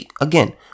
again